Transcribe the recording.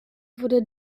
wurde